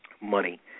money